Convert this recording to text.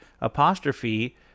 apostrophe